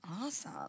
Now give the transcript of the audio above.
Awesome